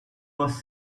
was